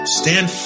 stand